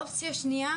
אופציה שנייה,